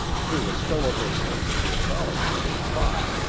through a stoical sense of their solitude in thought,